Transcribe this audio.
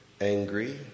angry